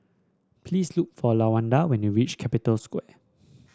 please look for Lawanda when you reach Capital Square